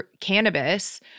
cannabis